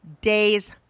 days